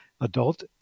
adult